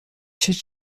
should